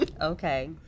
Okay